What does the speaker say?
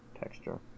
texture